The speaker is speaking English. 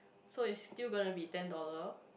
so is still going to be ten dollar